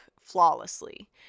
flawlessly